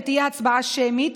ותהיה הצבעה שמית,